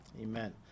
amen